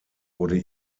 wurde